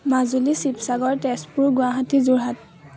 Majuli Sivasagar Tezpur Guwahati Jorhat